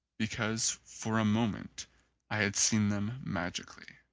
because for a moment i had seen them magicalw,